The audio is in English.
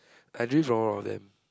I dream for all of them